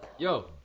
Yo